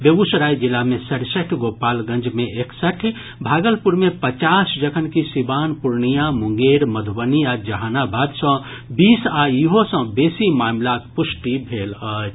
बेगूसराय जिला मे सड़सठि गोपालगंज मे एकसठि भागलपुर मे पचास जखनकि सीवान पूर्णिया मुंगेर मधुबनी आ जहानाबाद सॅ बीस आ ईहो सॅ बेसी मामिलाक पुष्टि भेल अछि